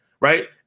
Right